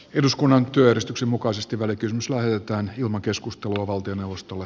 eduskunnan työdistuksen mukaisesti välikysymys lähetetään juma keskus tuo valtioneuvostolle